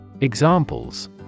Examples